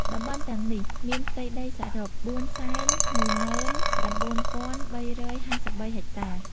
តំបន់ទាំងនេះមានផ្ទៃដីសរុប ៤១៩,៣៥៣ ហិកតា។